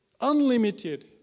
unlimited